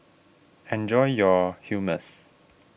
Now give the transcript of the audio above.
enjoy your Hummus